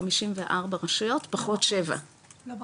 254 רשויות פחות שבע --- לא בקיץ,